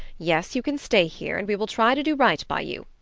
yes, you can stay here and we will try to do right by you.